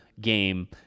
game